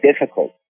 difficult